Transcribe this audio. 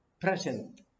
present